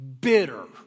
bitter